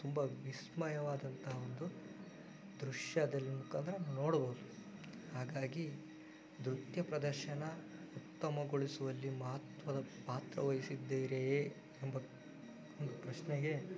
ತುಂಬ ವಿಸ್ಮಯವಾದಂತಹ ಒಂದು ದೃಶ್ಯದ ಮುಖಾಂತರ ನೋಡಬಹುದು ಹಾಗಾಗಿ ನೃತ್ಯ ಪ್ರದರ್ಶನ ಉತ್ತಮಗೊಳಿಸುವಲ್ಲಿ ಮಹತ್ವದ ಪಾತ್ರವಹಿಸಿದ್ದೀರಿಯೇ ಎಂಬ ಒಂದು ಪ್ರಶ್ನೆಗೆ